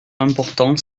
important